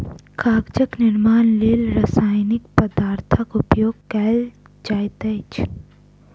कागजक निर्माणक लेल रासायनिक पदार्थक उपयोग कयल जाइत अछि